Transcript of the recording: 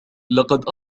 لقد